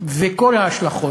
וכל ההשלכות: